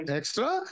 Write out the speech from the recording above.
extra